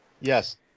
Yes